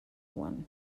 one